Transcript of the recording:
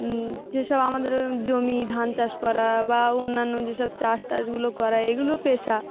যেসব আমাদের জমি ধান চাষ করা বা অন্যান্য যেসব চাষ টষগুলো করা এগুলো পেশা